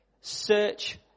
Search